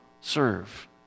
serve